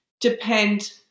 depend